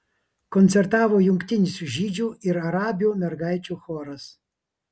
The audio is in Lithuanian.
koncertavo jungtinis žydžių ir arabių mergaičių choras